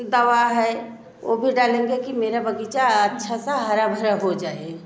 दवा है वो भी डालेंगे कि मेरा बगीचा अच्छा सा हरा भरा हो जाए